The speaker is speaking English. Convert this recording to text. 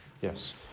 Yes